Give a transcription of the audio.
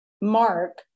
mark